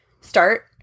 Start